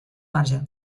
marge